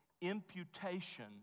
Imputation